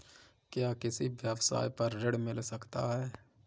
क्या किसी व्यवसाय पर ऋण मिल सकता है?